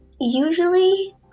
usually